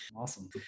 Awesome